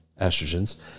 estrogens